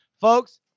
Folks